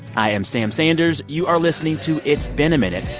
i am sam sanders. you are listening to it's been a minute,